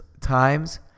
times